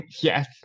Yes